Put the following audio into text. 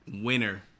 winner